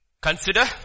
Consider